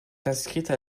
écrites